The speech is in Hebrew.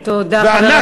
תודה רבה,